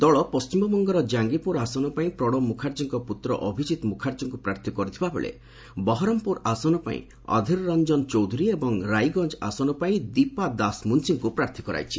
ଦଳ ପଶ୍ଚିମବଙ୍ଗର ଜାଙ୍ଗିପୁର ଆସନ ପାଇଁ ପ୍ରଣବମୁଖାର୍ଜୀଙ୍କ ପୁତ୍ର ଅଭିକିତ ମୁଖାର୍ଜୀଙ୍କୁ ପ୍ରାର୍ଥୀ କରିଥିବା ବେଳେ ବହରମ୍ପୁର ଆସନ ପାଇଁ ଅଧୀରର୍ଚ୍ଚନ ଚୌଧୁରୀ ଏବଂ ରାଇଗଞ୍ଜ ଆସନ ପାଇଁ ଦୀପା ଦାସ ମୁନ୍ସିଙ୍କୁ ପ୍ରାର୍ଥୀ କରାଇଛି